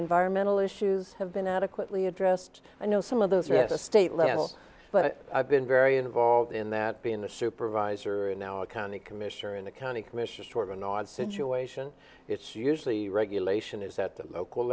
environmental issues have been adequately addressed i know some of those at the state level but i've been very involved in that being the supervisor and now a county commissioner in the county commissioner sort of an odd situation it's usually the regulation is at the local